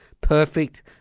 perfect